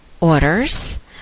orders